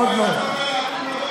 עוד לא.